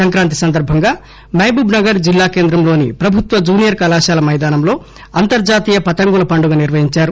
సంక్రాంతి సందర్బంగా మహబూబ్ నగర్ జిల్లా కేంద్రంలోని ప్రభుత్వ జూనియర్ కళాశాల మైదానంలో అంతర్జాతీయ పతంగుల పండుగ నిర్వహించారు